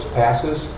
passes